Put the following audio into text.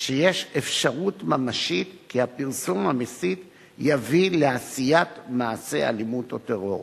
שיש אפשרות ממשית שהפרסום המסית יביא לעשיית מעשה אלימות או טרור.